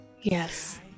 Yes